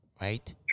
right